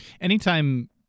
Anytime